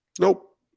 Nope